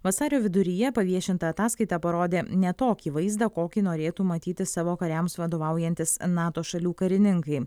vasario viduryje paviešinta ataskaita parodė ne tokį vaizdą kokį norėtų matyti savo kariams vadovaujantys nato šalių karininkai